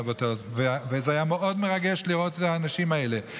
זה היה מאוד מרגש לראות את האנשים האלה,